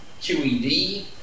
QED